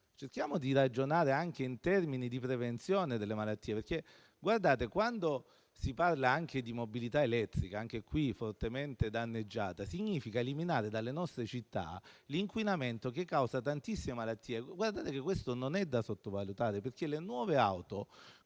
dobbiamo ragionare anche in termini di prevenzione delle malattie. Guardate che quando si parla di mobilità elettrica, anche qui fortemente danneggiata, significa eliminare dalle nostre città l'inquinamento che causa tantissime malattie. Questo non è da sottovalutare, perché è vero